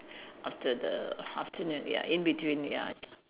after the afternoon ya in between ya